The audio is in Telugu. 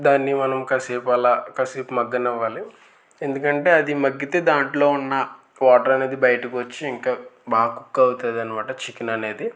దాన్ని మనం కాసేపు అలా కాసేపు మగ్గనివ్వాలి ఎందుకంటే అది మగ్గితే దాంట్లో ఉన్న వాటర్ అనేది బయటకు వచ్చి ఇంకా బాగా కుక్ అవుతుంది అన్నమాట చికెన్ అనేది